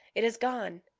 it is gone.